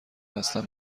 هستم